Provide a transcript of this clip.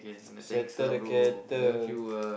settle the kettle